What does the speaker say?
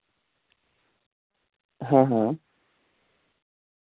हां हां